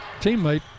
teammate